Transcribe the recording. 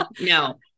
No